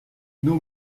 nos